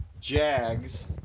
Jags